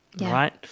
right